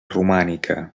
romànica